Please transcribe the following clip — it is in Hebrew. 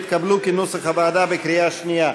התקבלו כנוסח הוועדה בקריאה שנייה.